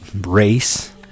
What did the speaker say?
race